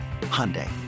Hyundai